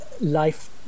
life